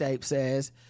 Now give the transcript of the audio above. says